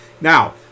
Now